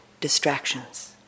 distractions